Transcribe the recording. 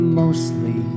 mostly